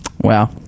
Wow